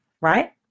right